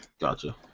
Gotcha